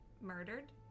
murdered